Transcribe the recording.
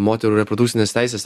moterų reprodukcines teises